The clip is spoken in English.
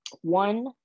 One